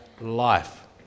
life